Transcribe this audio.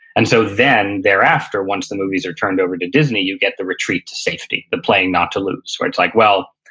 and so then, thereafter, once the movies are turned over to disney you get the retreat to safety, the playing not to lose where it's like, well,